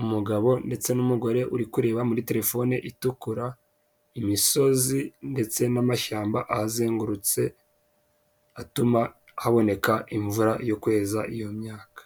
umugabo ndetse n'umugore uri kureba muri telefone itukura, imisozi ndetse n'amashyamba ahazengurutse atuma haboneka imvura yo kweza iyo myaka.